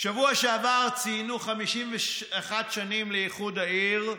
בשבוע שעבר ציינו 51 שנים לאיחוד העיר.